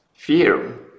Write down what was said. fear